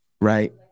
Right